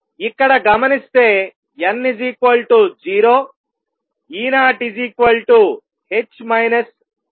ఇక్కడ గమనిస్తే n0 E0 02 ని ఇస్తుంది